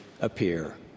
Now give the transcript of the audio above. appear